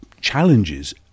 challenges